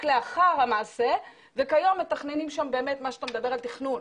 לאחר המעשה וכיום מתכננים שם באמת מה שאתה מדבר על תכנון.